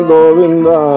Govinda